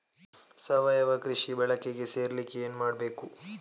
ಸಾವಯವ ಕೃಷಿ ಬಳಗಕ್ಕೆ ಸೇರ್ಲಿಕ್ಕೆ ಏನು ಮಾಡ್ಬೇಕು?